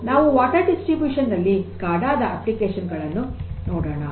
ನಾವು ನೀರಿನ ವಿತರಣೆಯಲ್ಲಿ ಸ್ಕಾಡಾ ದ ಅಪ್ಲಿಕೇಶನ್ ಗಳನ್ನು ನೋಡೋಣ